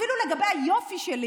אפילו לגבי היופי שלי